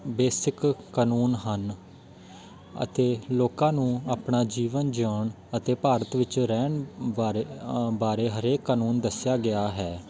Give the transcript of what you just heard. basic ਕਾਨੂੰਨ ਹਨ ਅਤੇ ਲੋਕਾਂ ਨੂੰ ਆਪਣਾ ਜੀਵਨ ਜਿਉਣ ਅਤੇ ਭਾਰਤ ਵਿੱਚ ਰਹਿਣ ਬਾਰੇ ਬਾਰੇ ਹਰੇਕ ਕਾਨੂੰਨ ਦੱਸਿਆ ਗਿਆ ਹੈ